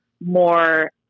more